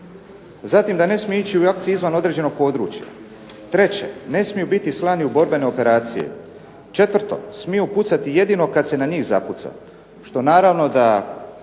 Zatim da ne smiju ići u akcije izvan određenog područja. Treće, ne smiju biti slani u borbene operacije. Četvrto, smiju pucati jedino kad se na njih zapuca što naravno da